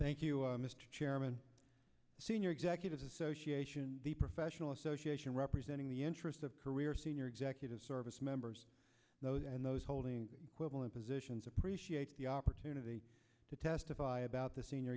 thank you mr chairman senior executives association the professional association representing the interests of career senior executive service members and those holding level in positions appreciate the opportunity to testify about the senior